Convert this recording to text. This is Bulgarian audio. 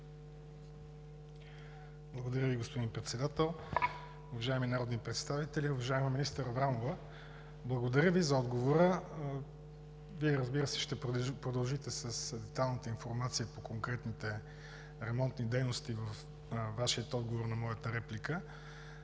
Благодаря Ви, господин Председател. Уважаеми народни представители! Уважаема министър Аврамова, благодаря Ви за отговора. Вие, разбира се, ще продължите с актуалната информация по конкретните ремонтни дейности във Вашия отговор на моята реплика.